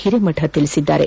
ಹಿರೇಮಠ ತಿಳಿಸಿದ್ದಾರೆ